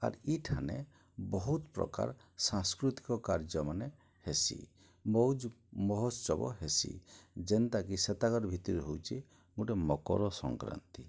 ଆର୍ ଇଠାନେ ବହୁତ ପ୍ରକାର ସାଂସ୍କୃତିକ କାର୍ଯ୍ୟମାନେ ହେସି ମଉଜ ମହୋତ୍ସବ ହେସି ଯେନ୍ତାକି ସେ ତାକର ଭିତିରେ ହଉଛେ ଗୋଟିଏ ମକର ସଂକ୍ରାନ୍ତି